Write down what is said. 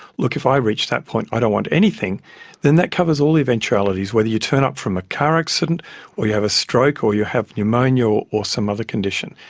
look, if i reach that point i don't want anything then that covers all the eventualities, whether you turn up from a car accident or you have a stroke or you have pneumonia or or some other condition.